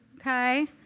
Okay